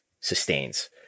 sustains